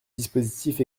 dispositif